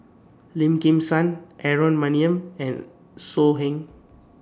Lim Kim San Aaron Maniam and So Heng